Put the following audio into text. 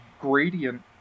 gradient